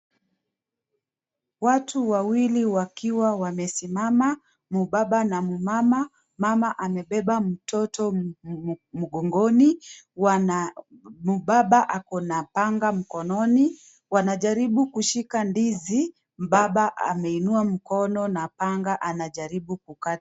Watu wawili wakiwa wamesimama, mbaba na mmama, mama amebeba mtoto mgongoni, mbaba ako na panga mkononi. Wanajaribu kushika ndizi, mbaba ameinua mkono na panga anajaribu kukata.